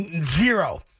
zero